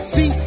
See